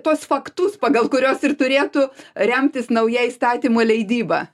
tuos faktus pagal kuriuos ir turėtų remtis nauja įstatymų leidyba